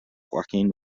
joaquin